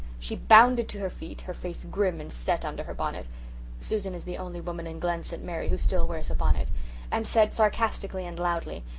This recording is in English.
she bounded to her feet, her face grim and set under her bonnet susan is the only woman in glen st. mary who still wears a bonnet and said sarcastically and loudly,